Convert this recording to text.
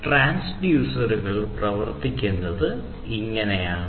ട്രാൻസ്ഡ്യൂസറുകൾ പ്രവർത്തിക്കുന്നത് ഇങ്ങനെയാണ്